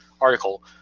article